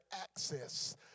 access